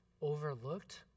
overlooked